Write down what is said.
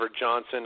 Johnson